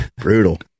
brutal